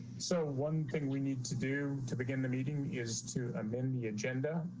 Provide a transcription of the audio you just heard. so one thing we need to do to begin the meeting is to amend the agenda.